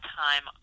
time